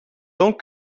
donc